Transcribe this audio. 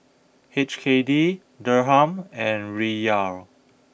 H K D Dirham and Riyal